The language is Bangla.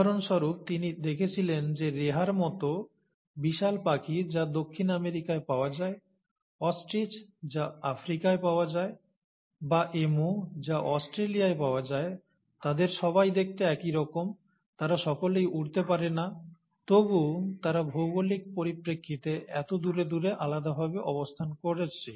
উদাহরণস্বরূপ তিনি দেখেছিলেন যে রেহার মত বিশাল পাখি যা দক্ষিণ আমেরিকায় পাওয়া যায় অস্ট্রিচ যা আফ্রিকায় পাওয়া যায় বা ইমু যা অস্ট্রেলিয়ায় পাওয়া যায় তাদের সবাই দেখতে একই রকম তারা সকলেই উড়তে পারে না তবু তারা ভৌগোলিক পরিপ্রেক্ষিতে এত দূরে দূরে আলাদা ভাবে অবস্থান করছে